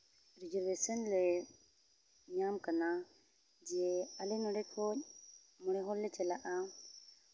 reservation ᱞᱮ ᱧᱟᱢ ᱠᱟᱱᱟ ᱡᱮ ᱟᱞᱮ ᱱᱚᱰᱮ ᱠᱷᱚᱡ ᱢᱚᱬᱮ ᱦᱚᱲᱞᱮ ᱪᱟᱞᱟᱜᱼᱟ